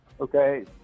okay